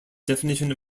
definition